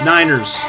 Niners